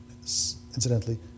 incidentally